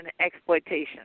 exploitation